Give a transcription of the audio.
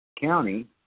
county